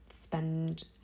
spend